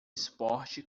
esporte